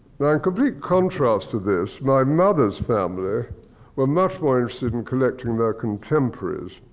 now, in complete contrast to this, my mother's family were much more interested in collecting their contemporaries.